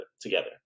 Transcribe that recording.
together